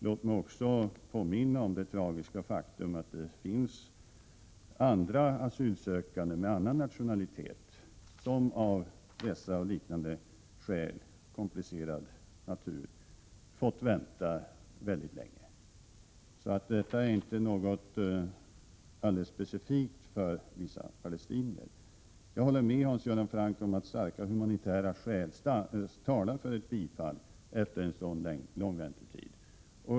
Låt mig också 63 påminna om det tragiska faktum att det finns asylsökande av annan nationalitet, som av dessa och liknande skäl av komplicerad natur fått vänta mycket länge. Det är således ingenting specifikt för palestinierna. Jag håller med Hans Göran Franck om att starka humanitära skäl talar för ett bifall efter en så lång väntetid.